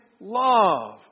love